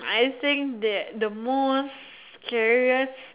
I think that the most scariest